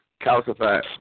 calcified